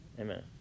Amen